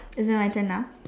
is it my turn now